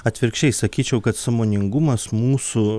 atvirkščiai sakyčiau kad sąmoningumas mūsų